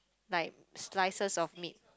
like slices of meat